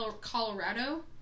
Colorado